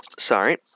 Sorry